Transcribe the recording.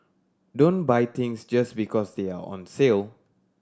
don't buy things just because they are on sale